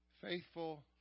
faithful